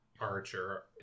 Archer